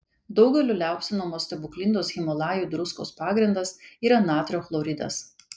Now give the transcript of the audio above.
daugelio liaupsinamos stebuklingos himalajų druskos pagrindas yra natrio chloridas